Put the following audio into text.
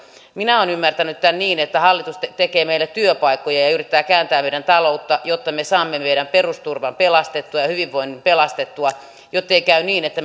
minä olen ymmärtänyt tämän niin että hallitus tekee meillä työpaikkoja ja ja yrittää kääntää meidän taloutta jotta me saamme meidän perusturvan pelastettua ja hyvinvoinnin pelastettua jottei käy niin että